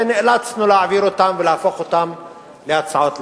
ונאלצנו להעביר אותם ולהפוך אותם להצעות לסדר-היום.